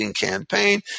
campaign